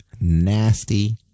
nasty